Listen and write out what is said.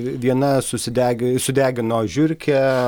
viena susidegi sudegino žiurkę